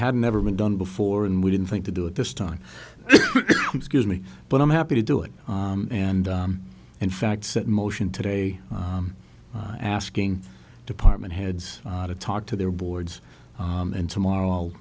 had never been done before and we didn't think to do it this time excuse me but i'm happy to do it and in fact set in motion today asking department heads to talk to their boards and tomorrow